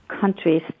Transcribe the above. countries